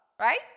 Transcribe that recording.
right